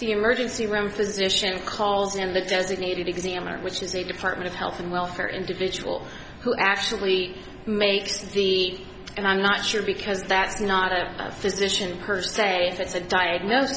the emergency room physician calls in the designated examiner which is a department of health and welfare individual who actually makes the i'm not sure because that's not a physician per se it's a diagnos